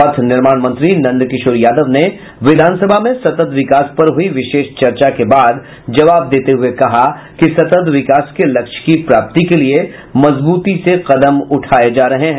पथ निर्माण मंत्री नंद किशोर यादव ने विधानसभा में सतत विकास पर हुई विशेष चर्चा के बाद जवाब देते हुए कहा कि सतत विकास के लक्ष्य की प्राप्ति के लिये मजबूती से कदम उठाये जा रहे हैं